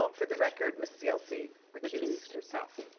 um for the record, mrs. yelsey recused herself.